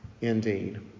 indeed